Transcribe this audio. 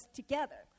together